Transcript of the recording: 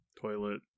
toilet